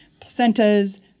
placentas